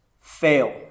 fail